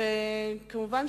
כמובן,